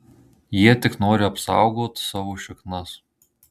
jie tik nori apsaugot savo šiknas